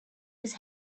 his